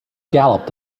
galloped